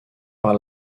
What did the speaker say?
par